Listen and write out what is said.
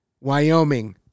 wyoming